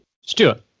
Stuart